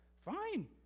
Fine